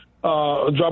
drop